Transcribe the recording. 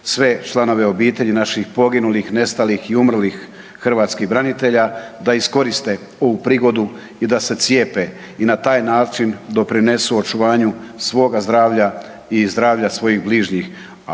sve članove obitelji naših poginulih, nestalih i umrlih hrvatskih branitelja da iskoriste ovu prigodu i da se cijepe i na taj način doprinesu očuvanju svoga zdravlja i zdravlja svojih bližnjih